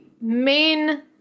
main